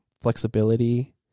flexibility